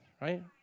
right